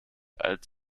als